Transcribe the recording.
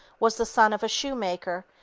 was the son of a shoemaker,